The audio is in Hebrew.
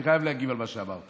אני חייב להגיב על מה שאמרת.